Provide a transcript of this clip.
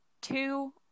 two